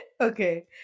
Okay